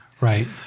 Right